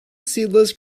seedless